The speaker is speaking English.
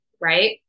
right